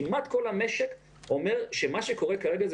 כמעט כל המשק אומר שמה שקורה כרגע הוא